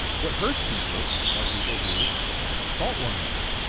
what hurts people are people who assault one another.